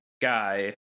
guy